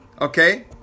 okay